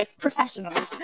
professionals